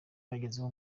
bagezeho